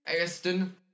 Aston